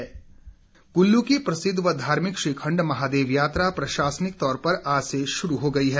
श्रीखंड यात्रा कुल्लू की प्रसिद्ध व धार्मिक श्रीखंड महादेव यात्रा प्रशासनिक तौर पर आज से शुरू हो गई है